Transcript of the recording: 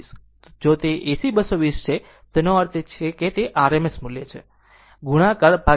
જો તે AC 220 છે તો તેનો અર્થ તે RMS મૂલ્ય છે